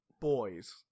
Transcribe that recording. boys